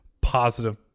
positive